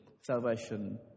salvation